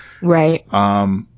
Right